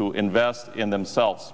to invest in themselves